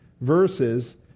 verses